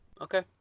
Okay